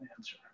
answer